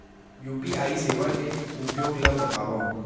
UPI सेवा के उपयोग ल बतावव?